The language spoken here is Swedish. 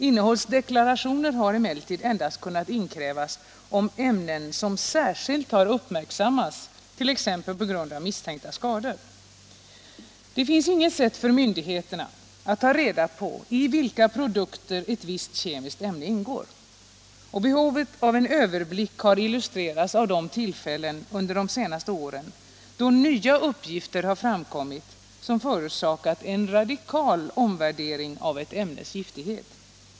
Innehållsdeklarationer har emellertid endast kunnat inkrävas om ämnen som särskilt har uppmärksammats, t.ex. på grund av misstänkta skador. Det finns inget sätt för myndigheterna att ta reda på i vilka produkter ett visst kemiskt ämne ingår. Behovet av en överblick har illustrerats av de tillfällen under de senaste åren då nya uppgifter har framkommit som förorsakat en radikal omvärdering av ett ämnes giftighet.